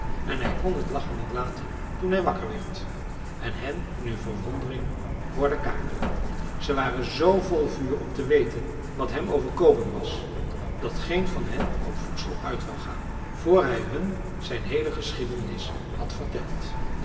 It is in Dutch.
en hij kon het lachen niet laten toen hij wakker werd en hen in hun verwondering hoorde kakelen ze waren zoo vol vuur om te weten wat hem overkomen was dat geen van hen op voedsel uit wou gaan voor hij hun zijn heele geschiedenis had verteld